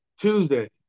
Tuesday